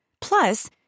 Plus